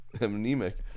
anemic